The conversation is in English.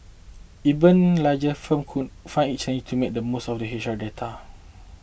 even larger firm could find it challenging to make the most of their H R data